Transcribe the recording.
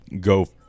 go